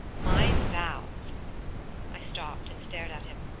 my vows i stopped and stared at him.